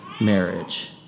marriage